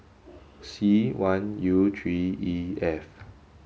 C one U three E F